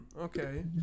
Okay